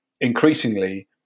increasingly